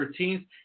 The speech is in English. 13th